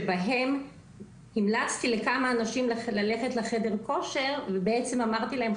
שבהן המלצתי לכמה אנשים ללכת לחדר כושר ובעצם אמרתי להם,